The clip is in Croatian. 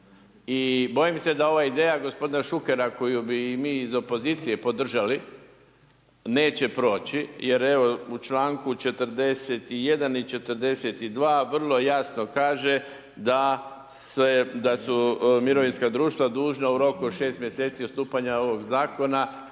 I bojim se da ova ideja gospodina Šukera, koju bi mi iz opozicije podržali, neće proći, jel evo u članku 41. i 42. vrlo jasno kaže da se, da su mirovinska društva dužna u roku od 6 mjeseci od stupanja ovog zakona